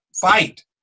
Fight